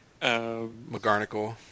McGarnacle